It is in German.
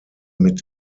mit